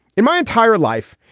in my entire life,